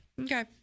Okay